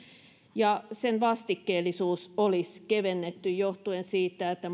ja sen vastikkeellisuus olisi kevennetty johtuen siitä että